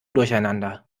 durcheinander